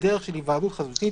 בדרך של היוועדות חזותית,